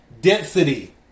density